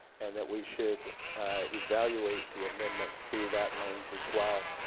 and that we should evaluate the amendments through that lens as well.